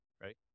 right